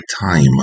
time